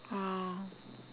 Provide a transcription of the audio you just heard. !wow!